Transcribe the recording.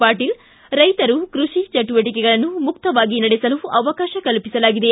ಪಾಟೀಲ್ ರೈತರು ಕೃಷಿ ಚಟುವಟಿಕೆಗಳನ್ನು ಮುಕ್ತವಾಗಿ ನಡೆಸಲು ಅವಕಾಶ ಕಲ್ಪಿಸಲಾಗಿದೆ